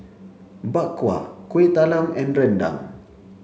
Bak Kwa Kueh Talam and Rendang